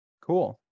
cool